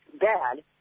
bad